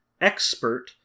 expert